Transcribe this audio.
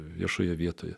viešoje vietoje